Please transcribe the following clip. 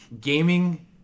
gaming –